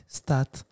start